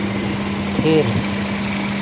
ᱛᱷᱤᱨ